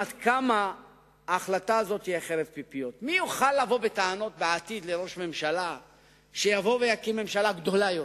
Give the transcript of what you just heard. תאמינו לי שההתנהלות של ראש הממשלה פחות מדאיגה אותי.